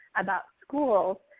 about schools.